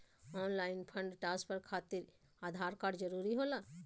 Online fund transfer खातिर Aadhaar card जरूरी होला?